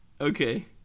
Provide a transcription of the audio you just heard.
Okay